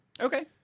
okay